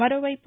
మరోవైపు